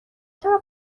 چرا